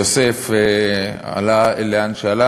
יוסף עלה לאן שעלה,